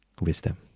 wisdom